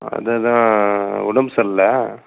அதுதான் உடம்பு சரியில்ல